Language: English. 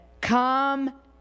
come